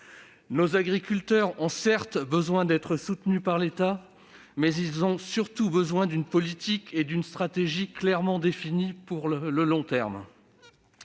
nos agriculteurs ont besoin d'être soutenus par l'État, mais ils ont surtout besoin d'une politique et d'une stratégie clairement définies pour le long terme